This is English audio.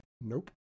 Nope